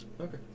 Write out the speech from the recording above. Okay